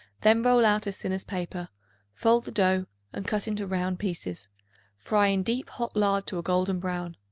then roll out as thin as paper fold the dough and cut into round pieces fry in deep hot lard to a golden brown.